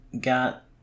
Got